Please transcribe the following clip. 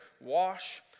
wash